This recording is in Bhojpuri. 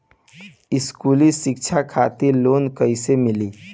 स्कूली शिक्षा खातिर लोन कैसे मिली?